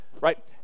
right